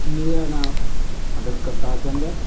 मेरा नांऽ पंडत करतार चंद ऐ